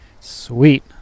Sweet